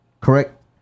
Correct